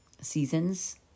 seasons